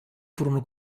furono